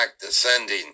Descending